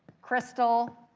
crystal